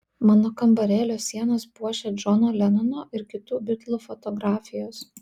mano kambarėlio sienas puošia džono lenono ir kitų bitlų fotografijos